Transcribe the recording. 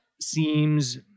seems